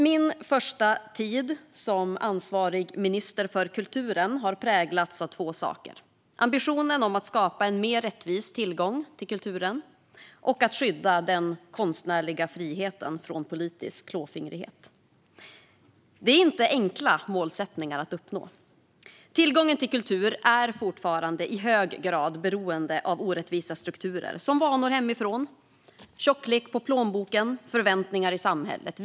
Min första tid som ansvarig minister för kulturen har präglats av två saker: ambitionen att skapa en mer rättvis tillgång till kulturen och ambitionen att skydda den konstnärliga friheten från politisk klåfingrighet. Det är inte några enkla målsättningar att uppnå. Tillgången till kultur är fortfarande i hög grad beroende av orättvisa strukturer som vanor hemifrån, tjocklek på plånboken och förväntningar i samhället.